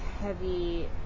heavy